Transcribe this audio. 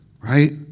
Right